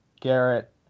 Garrett